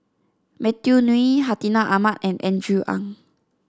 Matthew Ngui Hartinah Ahmad and Andrew Ang